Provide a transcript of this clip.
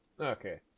Okay